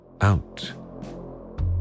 out